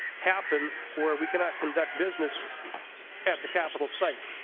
happen where we cannot conduct business at the capital site.